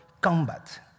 combat